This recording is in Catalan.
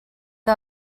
que